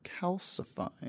calcifying